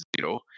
zero